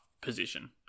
position